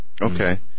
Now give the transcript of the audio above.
Okay